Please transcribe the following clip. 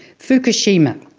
fukushima.